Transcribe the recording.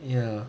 ya